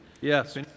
Yes